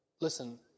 listen